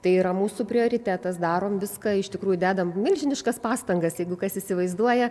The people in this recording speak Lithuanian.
tai yra mūsų prioritetas darom viską iš tikrųjų dedam milžiniškas pastangas jeigu kas įsivaizduoja